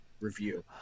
review